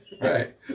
Right